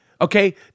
okay